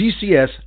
GCS